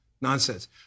nonsense